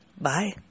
Bye